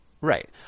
Right